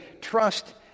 trust